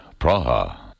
Praha